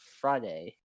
Friday